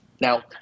Now